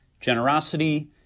generosity